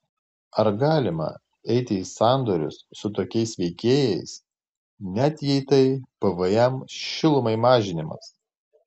ar galima eiti į sandorius su tokiais veikėjais net jei tai pvm šilumai mažinimas